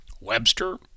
Webster